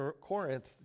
Corinth